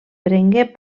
prengué